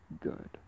good